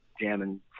jamming